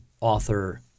author